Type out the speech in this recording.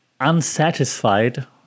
unsatisfied